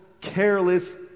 careless